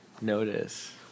notice